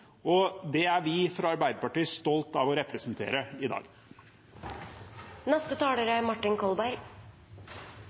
og det er vi fra Arbeiderpartiet stolt av å representere i dag.